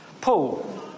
Paul